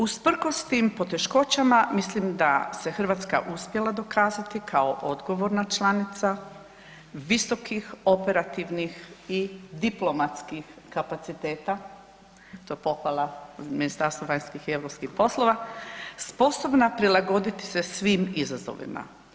Usprkos tim poteškoćama mislim da se Hrvatska uspjela dokazati kao odgovorna članica visokih operativnih i diplomatskih kapaciteta, to je pohvala Ministarstva vanjskih i europskih poslova, sposobna prilagoditi se svim izazovima.